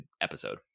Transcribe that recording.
episode